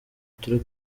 turi